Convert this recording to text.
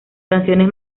canciones